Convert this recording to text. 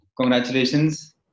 Congratulations